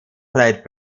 played